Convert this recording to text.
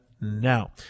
now